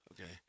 okay